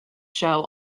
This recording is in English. show